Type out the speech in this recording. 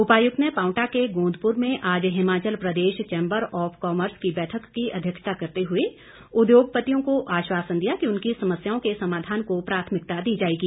उपायुक्त ने पांवटा के गोंदपुर में आज Himachal Pradesh chamber of commerce की बैठक की अध्यक्षता करते हुए उद्योगपतियों को आश्वासन दिया कि उनकी समस्याओं के समाधान को प्राथमिकता दी जाएगी